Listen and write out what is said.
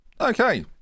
Okay